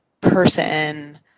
person